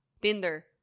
Tinder